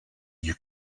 you